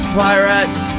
pirates